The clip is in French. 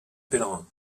pèlerins